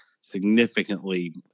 significantly